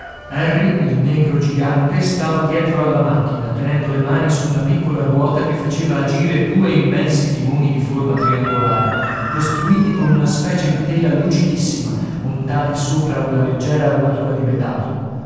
harry il negro gigante stava dietro alla macchina tenendo le mani su una piccola ruota che faceva agire due immensi timoni di forma triangolare costruiti con una specie di tela lucidissima montati sopra una leggera armatura di metallo